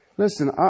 Listen